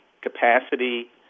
capacity